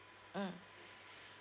mm